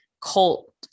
cult